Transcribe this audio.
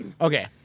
Okay